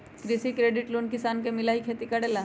कृषि credit loan किसान के मिलहई खेती करेला?